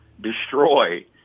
destroy